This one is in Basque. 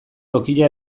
tokia